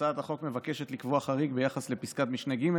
הצעת החוק מבקשת לקבוע חריג ביחס לפסקת משנה (ג),